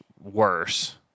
worse